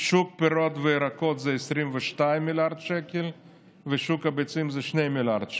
שוק הפירות והירקות זה 22 מיליארד שקל ושוק הביצים זה 2 מיליארד שקל.